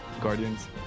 guardians